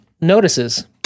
notices